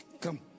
Come